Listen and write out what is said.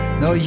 no